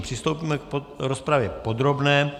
Přistoupíme k rozpravě podrobné.